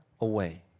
away